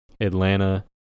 Atlanta